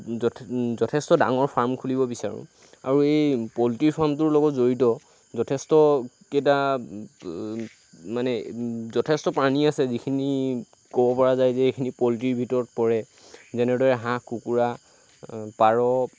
যথে যথেষ্ট ডাঙৰ ফাৰ্ম খুলিব বিচাৰোঁ আৰু এই পলট্ৰি ফাৰ্মটোৰ লগত জড়িত যথেষ্ট কেইটা মানে যথেষ্ট প্ৰাণী আছে যিখিনি ক'ব পৰা যায় যে এইখিনি পলট্ৰিৰ ভিতৰতে পৰে যেনেদৰে হাঁহ কুকুৰা পাৰ